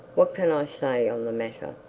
what can i say on the matter?